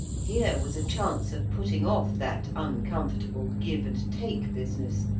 here was a chance of putting off that uncomfortable give-and-take-business,